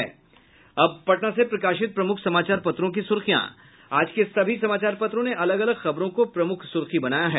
अब पटना से प्रकाशित प्रमुख समाचार पत्रों की सुर्खियां आज के सभी समाचार पत्रों ने अलग अलग खबरों को प्रमुख सुर्खी बनाया है